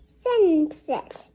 sunset